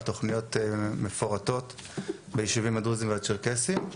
על תוכניות מפורטות ביישובים הדרוזים והצ'רקסים.